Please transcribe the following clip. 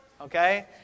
Okay